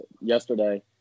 yesterday